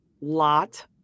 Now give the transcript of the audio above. lot